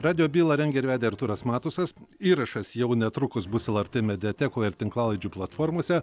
radijo bylą rengė ir vedė artūras matusas įrašas jau netrukus bus lrt mediatekoje ir tinklalaidžių platformose